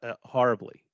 horribly